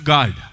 God